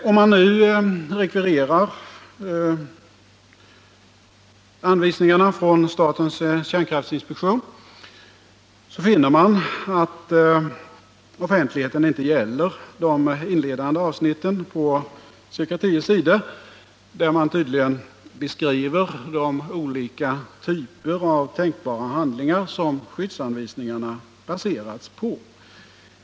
Om man rekvirerar anvisningarna från statens kärnkraftinspektion, så finner man att offentligheten inte gäller de inledande avsnitten på cirka tio sidor, där inspektionen tydligen beskriver de olika typer av tänkbara händelser som skyddsanvisningarna baserats på.